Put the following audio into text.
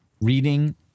reading